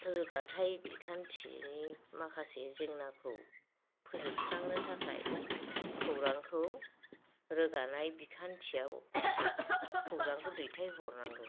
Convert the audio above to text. रोगाथाइ बिखान्थिनि माखासे जेंनाखौ फोजोबस्रांनो थाखाय खौरांखौ रोगानाय बिखान्थियाव दैथाय खौरांखौ दैथायहरनांगौ